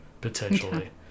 potentially